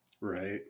Right